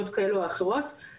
אני חושבת שיש יידוע,